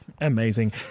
Amazing